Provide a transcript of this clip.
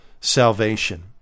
salvation